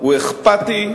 הוא אכפתי,